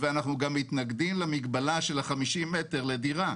ואנחנו גם מתנגדים למגבלה של ה-50 מטר לדירה.